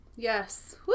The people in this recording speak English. Yes